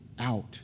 out